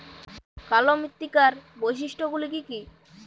কালো মৃত্তিকার বৈশিষ্ট্য গুলি কি কি?